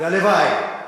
והלוואי,